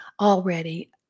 already